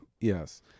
yes